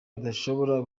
adashobora